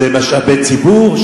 זה משאבי ציבור,